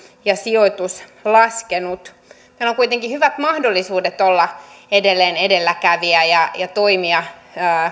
ja sijoituksemme laskenut meillä on kuitenkin hyvät mahdollisuudet olla edelleen edelläkävijä ja ja toimia